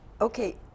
Okay